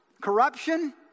corruption